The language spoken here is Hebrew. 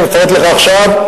אני אפרט לך עכשיו,